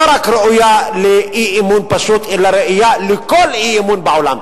לא רק ראויה לאי-אמון פשוט אלא ראויה לכל אי-אמון בעולם.